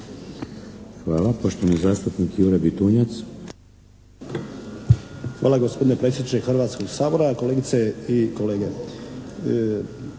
Hvala.